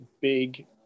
big